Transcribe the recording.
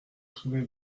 trouvez